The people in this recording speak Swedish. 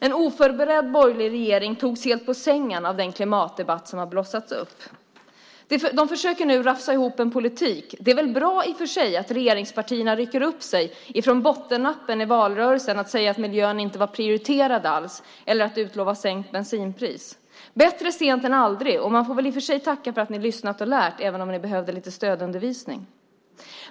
En oförberedd borgerlig regering togs helt på sängen av den klimatdebatt som har blossat upp. Man försöker nu rafsa ihop en politik. Det är väl bra i och för sig att regeringspartierna rycker upp sig från bottennappen i valrörelsen när man sade att miljön inte var prioriterad alls eller när man utlovade sänkt bensinpris. Bättre sent än aldrig, och man får väl i och för sig tacka för att ni har lyssnat och lärt, även om ni behövde lite stödundervisning.